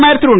பிரதமர் திரு